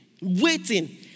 waiting